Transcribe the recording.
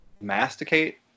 masticate